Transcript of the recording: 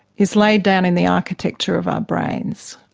is laid down in the architecture of our brains,